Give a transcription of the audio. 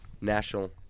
national